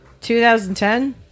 2010